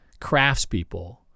craftspeople